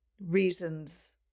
reasons